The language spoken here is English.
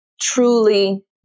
truly